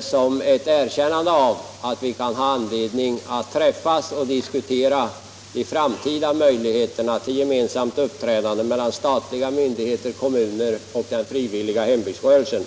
som ett erkännande av att vi kan ha anledning att träffas och diskutera de framtida möjligheterna till gemensamt uppträdande av statliga myndigheter, kommuner och den frivilliga hembygdsrörelsen.